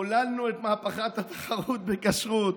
חוללנו את מהפכת התחרות בכשרות,